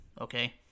Okay